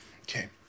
Okay